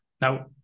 Now